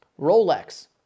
Rolex